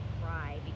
cry